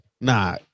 nah